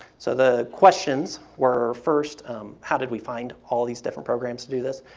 so the questions were first how did we find all these different programs to do this,